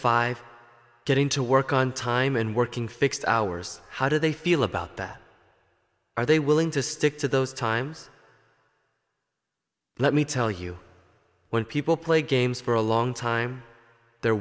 five getting to work on time and working fixed hours how do they feel about that are they willing to stick to those times let me tell you when people play games for a long time the